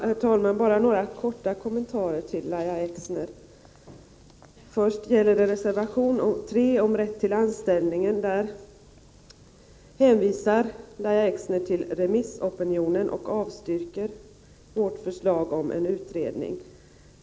Herr talman! Bara några kommentarer till Lahja Exner. Beträffande reservation 3 om rätten till anställning hänvisar Lahja Exner till remissopinionen och avstyrker vårt förslag om en utredning.